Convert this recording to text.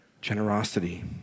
generosity